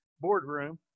Boardroom